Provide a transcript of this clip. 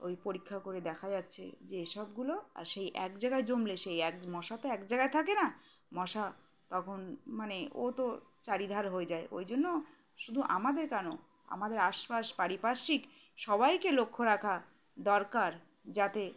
ওই পরীক্ষা করে দেখা যাচ্ছে যে এসবগুলো আর সেই এক জায়গায় জমলে সেই এক মশা তো এক জায়গায় থাকে না মশা তখন মানে ও তো চারিধার হয়ে যায় ওই জন্য শুধু আমাদের কেন আমাদের আশপাশ পারিপার্শ্বিক সবাইকে লক্ষ্য রাখা দরকার যাতে